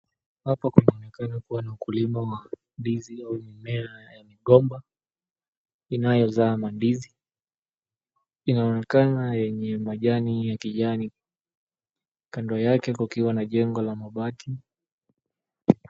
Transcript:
Hapa kunaonekana kuwa na ukulima wa ndizi, au mimea ya migomba inayozaa mandizi. Inaonekana yenye majani ya kijani. Kando yake kukiwa na jengo la mabati.